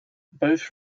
both